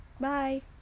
bye